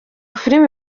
filime